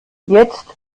jetzt